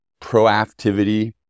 proactivity